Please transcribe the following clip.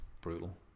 brutal